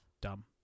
Dumb